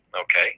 okay